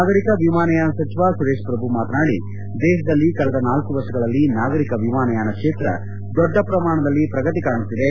ನಾಗರಿಕ ವಿಮಾನಯಾನ ಸಚಿವ ಸುರೇತ್ ಪ್ರಭು ಮಾತನಾಡಿ ದೇಶದಲ್ಲಿ ಕಳೆದ ನಾಲ್ಕು ವರ್ಷಗಳಲ್ಲಿ ನಾಗರಿಕ ವಿಮಾನಯಾನ ಕ್ಷೇತ್ರ ದೊಡ್ಡ ಪ್ರಮಾಣದಲ್ಲಿ ಪ್ರಗತಿ ಕಾಣುತ್ತಿದೆ